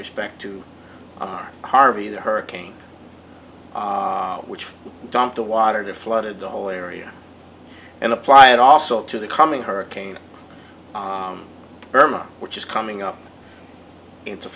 respect to our harvey the hurricane which dumped the water to flooded the whole area and apply it also to the coming hurricane burma which is coming up into